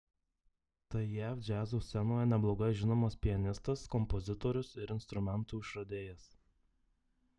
tai jav džiazo scenoje neblogai žinomas pianistas kompozitorius ir instrumentų išradėjas